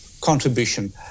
contribution